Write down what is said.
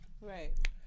Right